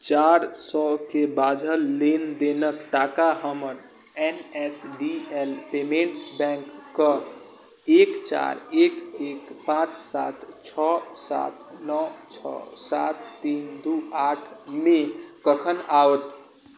चारि सए के बाझल लेनदेनक टाका हमर N S D L payments bank कऽ एक चारि एक एक पाँच सात छह सात नओ छओ सात तीन दू आठ मे कखन आओत